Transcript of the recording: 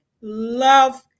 love